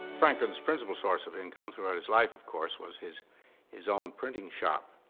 franklin's principal source of income throughout his life, of course, was his his own printing shop.